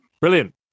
Brilliant